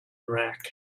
rack